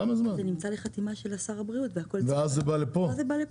זה נמצא לחתימה של שר הבריאות ואז זה יבוא לפה.